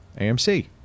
AMC